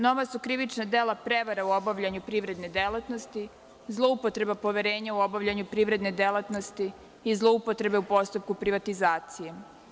Nova su krivična dela prevare u obavljanju privredne delatnosti, zloupotreba poverenja u obavljanju privredne delatnosti i zloupotrebe u postupku privatizacije.